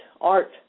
art